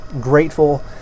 grateful